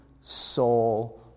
soul